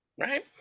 Right